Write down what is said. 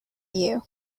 you